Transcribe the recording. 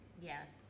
Yes